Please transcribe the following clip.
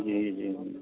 जी जी